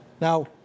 Now